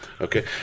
Okay